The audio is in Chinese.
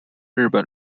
日本